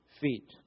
feet